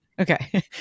Okay